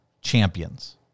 champions